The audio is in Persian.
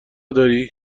داری